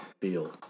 feel